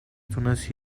تونست